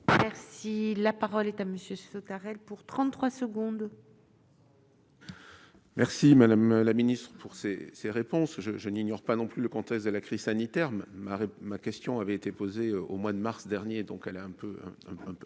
Merci, la parole est à monsieur arrête pour 33 secondes. Merci, Madame la Ministre, pour ces ces réponses, je je n'ignore pas non plus le contexte de la crise sanitaire, mon mari, ma question avait été posée au mois de mars dernier, donc elle est un peu